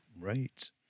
Right